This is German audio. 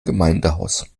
gemeindehaus